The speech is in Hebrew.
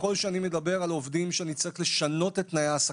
ככל שאני מדבר על עובדים שאני צריך לשנות את תנאי העסקתם,